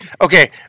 okay